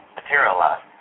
materialize